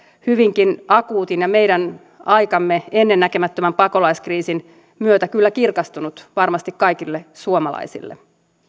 hyvinkin akuutin ja meidän aikamme ennennäkemättömän pakolaiskriisin myötä kyllä kirkastunut varmasti kaikille suomalaisille